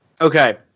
okay